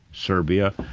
serbia,